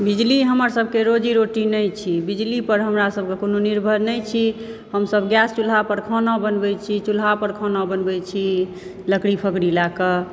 बिजली हमर सबकेँ रोजी रोटी नहि छी बिजली पर हमरा सभके कोनो निर्भर नहि छी हमसब गैस चुल्हा पर खाना बनबै छी चुल्हा पर खाना बनबै छी लकड़ी फकड़ी लए कऽ